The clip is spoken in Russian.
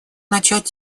начать